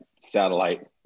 satellite